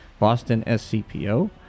BostonSCPO